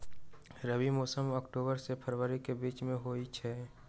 रबी मौसम अक्टूबर से फ़रवरी के बीच में होई छई